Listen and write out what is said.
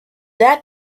that